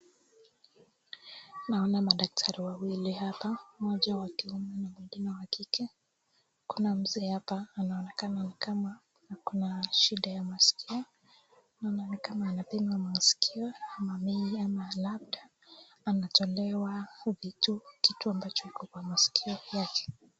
Naona madaktari wawili hapa Mmoja wa kiume na Mmoja wa kike, Kuna Mzee hapa anaonekana ni kama ako na shida ya masikio, ni kama anapimwa masikio au labda anatendewa kitu ambaye iko kwa masikio yake.